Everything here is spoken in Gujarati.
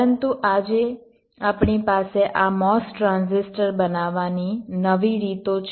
પરંતુ આજે આપણી પાસે આ MOS ટ્રાન્ઝિસ્ટર બનાવવાની નવી રીતો છે